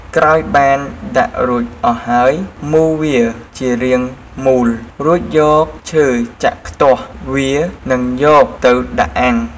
ក្រោយបានដាក់រួចអស់ហើយ មូរវាជារាងមូល រួចយកឈើចាក់ខ្ទាស់វានិងយកទៅដាក់អាំង។